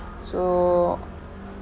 so